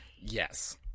Yes